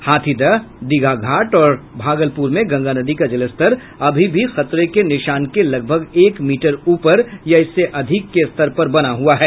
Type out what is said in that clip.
हाथीदह दीघा घाट और भागलपूर में गंगा नदी का जलस्तर अभी भी खतरे के निशान के लगभग एक मीटर ऊपर या इससे अधिक के स्तर पर बना हुआ है